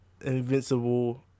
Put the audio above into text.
Invincible